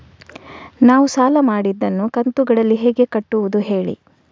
ನಾವು ಸಾಲ ಮಾಡಿದನ್ನು ಕಂತುಗಳಲ್ಲಿ ಹೇಗೆ ಕಟ್ಟುದು ಹೇಳಿ